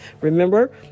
Remember